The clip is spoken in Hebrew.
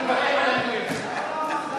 איך לא חשבנו על זה קודם?